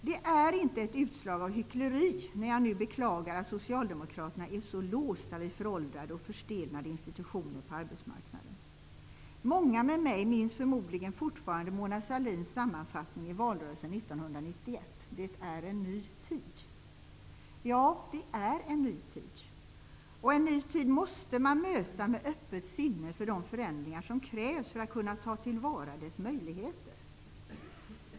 Det är inte ett utslag av hyckleri när jag nu beklagar att socialdemokraterna är så låsta vid föråldrade och förstelnade institutioner på arbetsmarknaden. Många med mig minns förmodligen fortfarande Mona Sahlins sammanfattning i valrörelsen 1991: Det är en ny tid! Ja, det är en ny tid, och en ny tid måste man möta med öppet sinne för de förändringar som krävs för att man skall kunna ta till vara dess möjligheter.